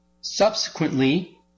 Subsequently